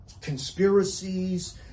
conspiracies